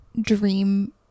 dream